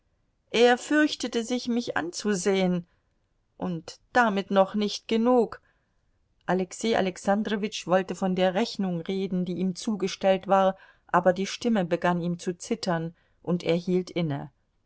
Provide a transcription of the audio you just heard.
er fürchtete sich mich anzusehen und damit noch nicht genug alexei alexandrowitsch wollte von der rechnung reden die ihm zugestellt war aber die stimme begann ihm zu zittern und er hielt inne